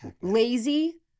Lazy